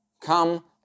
Come